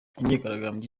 imyigaragambyo